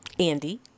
Andy